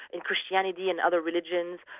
in christianity and other religions,